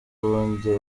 bundi